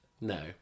No